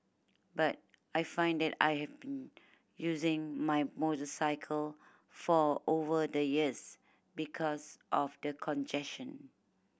but I find that I have been using my motorcycle for over the years because of the congestion